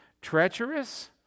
Treacherous